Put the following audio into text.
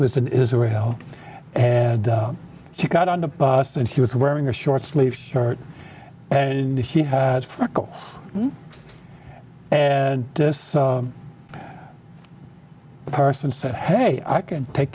was in israel and he got on the bus and he was wearing a short sleeved shirt and he had and this person said hey i can take